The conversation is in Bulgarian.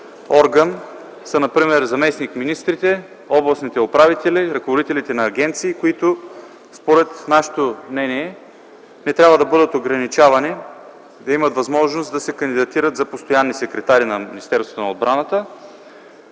органи са например заместник-министрите, областните управители, ръководителите на агенции, които според нашето мнение не трябва да бъдат ограничавани, да имат възможност да се кандидатират за постоянни секретари на